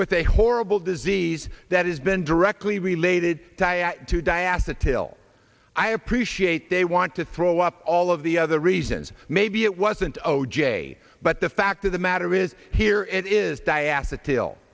with a horrible disease that has been directly related to die assa till i appreciate they want to throw up all of the other reasons maybe it wasn't o j but the fact of the matter is here it is diaspora till